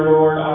Lord